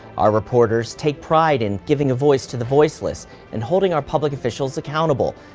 our reporters take pride in giving a voice to the voiceless and holding our public officials accountable,